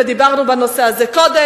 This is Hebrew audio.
ודיברנו בנושא הזה קודם,